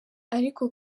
ariko